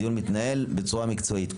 הדיון מתנהל בצורה מקצועית.